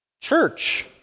church